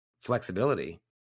flexibility